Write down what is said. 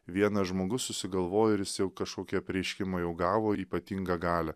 vienas žmogus susigalvoja ir jis jau kašokį apreiškimą jau gavo ypatingą galią